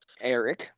Eric